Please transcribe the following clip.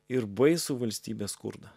ir baisų valstybės skurdą